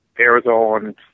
Arizona